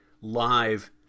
live